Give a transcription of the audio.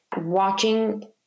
Watching